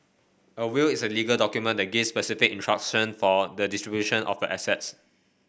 a will is a legal document that gives specific instruction for the distribution of your assets